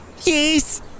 Yes